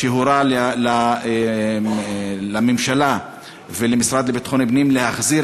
שמורה לממשלה ולמשרד לביטחון פנים להחזיר